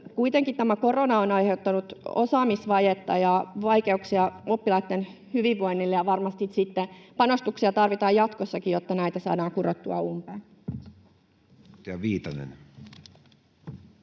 Kuitenkin tämä korona on aiheuttanut osaamisvajetta ja vaikeuksia oppilaitten hyvinvoinnissa, ja varmasti sitten panostuksia tarvitaan jatkossakin, jotta näitä saadaan kurottua umpeen.